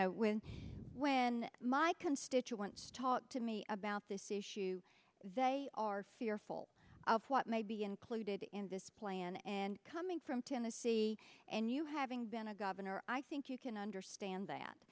know when when my constituents talk to me about this issue they are fearful of what may be included in this plan and coming from tennessee and you having been a governor i think you can understand that